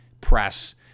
press